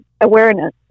awareness